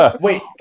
Wait